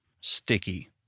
sticky